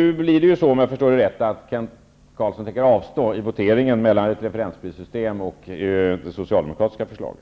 Kent Carlsson har ju varit pionjär i dessa frågor. Om jag förstår det rätt tänker Kent Carlsson att avstå i voteringen om ett referensprissystem och det socialdemokratiska förslaget.